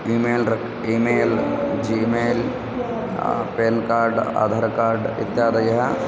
email रक् email Gmail pen card आधारः card इत्यादयः